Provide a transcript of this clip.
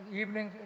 evening